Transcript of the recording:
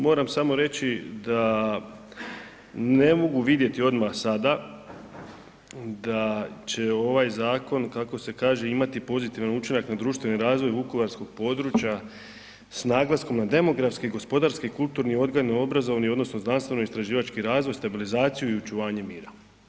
Moram samo reći da ne mogu vidjeti odmah sada da će ovaj zakon kako se kaže imati pozitivan učinak na društveni razvoj vukovarskog područja s naglaskom na demografski, gospodarski, kulturni, odgojno obrazovani, odnosno znanstvenoistraživački razvoj, stabilizaciju i očuvanje mira.